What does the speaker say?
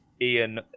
Ian